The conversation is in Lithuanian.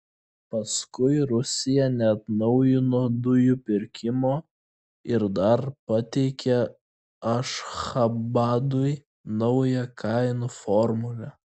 paskui rusija neatnaujino dujų pirkimo ir dar pateikė ašchabadui naują kainų formulę